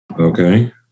okay